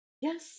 Yes